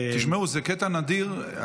תשמעו, זה קטע נדיר.